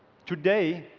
today,